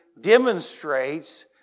demonstrates